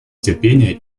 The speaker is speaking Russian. терпения